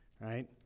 right